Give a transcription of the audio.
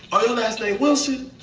oh, your last name wilson?